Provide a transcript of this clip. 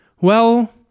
Well